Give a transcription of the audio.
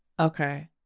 Okay